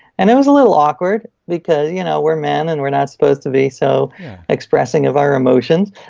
and it was a little awkward because you know we're men and we're not supposed to be so expressing of our emotions,